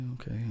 okay